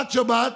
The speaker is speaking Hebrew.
עד שבת,